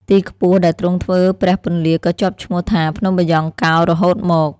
ទីខ្ពស់ដែលទ្រង់ធ្វើព្រះពន្លាក៏ជាប់ឈ្មោះថា ភ្នំបាយ៉ង់កោររហូតមក។